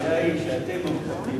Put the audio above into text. אבל הבעיה היא שאתם לא מכבדים,